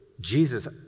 Jesus